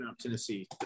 Tennessee